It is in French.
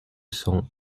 cents